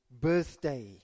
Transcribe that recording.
birthday